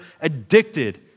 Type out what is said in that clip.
addicted